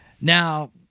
Now